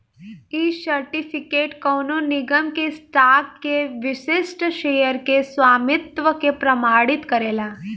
इ सर्टिफिकेट कवनो निगम के स्टॉक के विशिष्ट शेयर के स्वामित्व के प्रमाणित करेला